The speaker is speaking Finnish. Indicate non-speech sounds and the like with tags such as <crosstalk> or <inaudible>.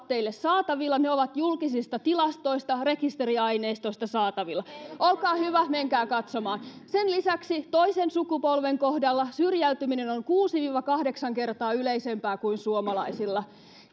<unintelligible> teille saatavilla ne ovat julkisista tilastoista rekisteriaineistosta saatavilla olkaa hyvä menkää katsomaan sen lisäksi toisen sukupolven kohdalla syrjäytyminen on kuusi kahdeksan kertaa yleisempää kuin suomalaisilla